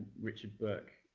richard burke,